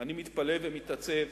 אני מתפלא ומתעצב